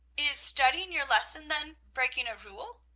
is studying your lesson, then, breaking a rule?